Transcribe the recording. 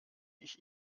ich